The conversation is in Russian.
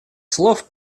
слов